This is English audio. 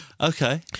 Okay